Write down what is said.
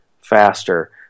faster